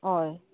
ओय